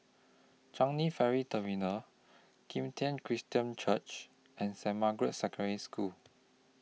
Changi Ferry Terminal Kim Tian Christian Church and Saint Margaret's Secondary School